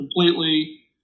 completely